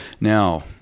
now